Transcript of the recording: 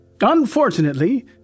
Unfortunately